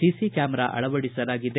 CC camera ಅಳವಡಿಸಲಾಗಿದೆ